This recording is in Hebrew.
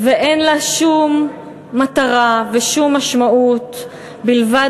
ואין לה שום מטרה ושום משמעות מלבד